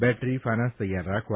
battery ફાનસ તૈયાર રાખવા